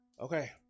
okay